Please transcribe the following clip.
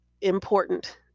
important